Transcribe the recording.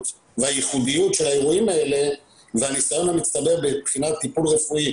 והייחודיות של האירועים האלה והניסיון המצטבר מבחינת טיפול רפואי.